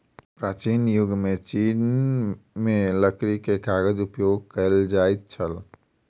प्राचीन युग में चीन में लकड़ी के कागज उपयोग कएल जाइत छल